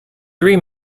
three